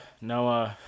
No